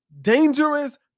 dangerous